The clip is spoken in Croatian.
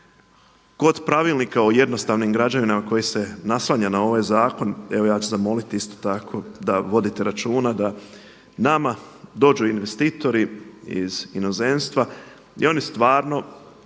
Kod Pravilnika o jednostavnim građevinama koje se naslanja na ovaj zakon, evo ja ću zamoliti isto tako da vodite računa, da nama dođu investitori iz inozemstva i oni stvarno,